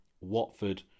Watford